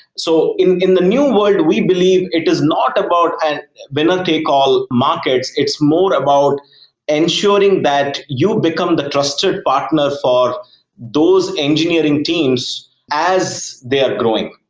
so in in the new world, we believe it is not about a winner-take-all market. it's more about ensuring that you become the trusted partner for those engineering teams as they're growing.